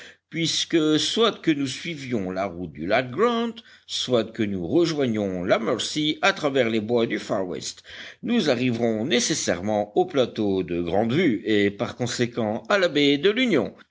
puisque soit que nous suivions la route du lac grant soit que nous rejoignions la mercy à travers les bois du far west nous arriverons nécessairement au plateau de grande vue et par conséquent à la baie de l'union